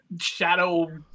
shadow